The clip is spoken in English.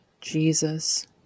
Jesus